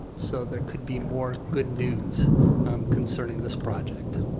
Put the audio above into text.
so there could be more good news concerning this project.